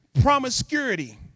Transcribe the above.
promiscuity